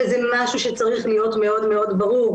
וזה משהו שצריך להיות מאוד מאוד ברור.